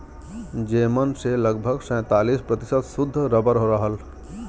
जेमन से लगभग सैंतालीस प्रतिशत सुद्ध रबर रहल